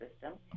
System